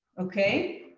okay.